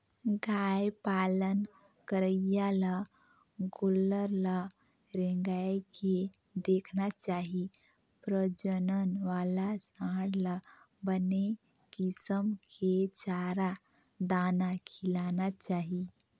गाय पालन करइया ल गोल्लर ल रेंगाय के देखना चाही प्रजनन वाला सांड ल बने किसम के चारा, दाना खिलाना चाही